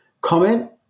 comment